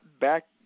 back